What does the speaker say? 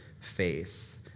faith